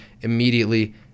immediately